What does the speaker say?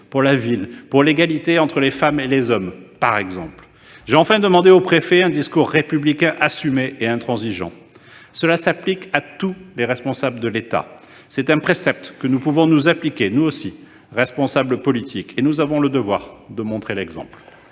pour la ville, pour l'égalité entre les femmes et les hommes. J'ai enfin demandé aux préfets un discours républicain assumé et intransigeant. Cela s'applique à tous les responsables de l'État. C'est un précepte que nous pouvons nous appliquer, à nous aussi, responsables politiques, qui avons le devoir de montrer l'exemple.